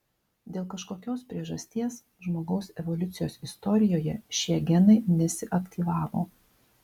dėl kažkokios priežasties žmogaus evoliucijos istorijoje šie genai nesiaktyvavo